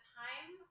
time